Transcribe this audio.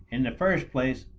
in the first place,